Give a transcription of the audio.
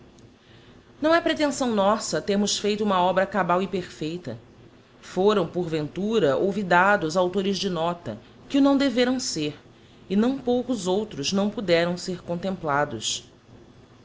não é pretenção nossa termos feito uma obra cabal e perfeita foram por ventura olvidados auctores de nota que o não deveram ser e não poucos outros não puderam ser contemplados